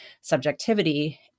subjectivity